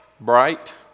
bright